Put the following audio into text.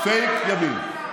פייק ימין.